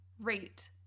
rate